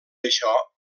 això